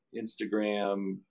Instagram